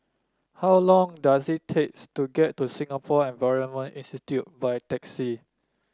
how long does it takes to get to Singapore Environment Institute by taxi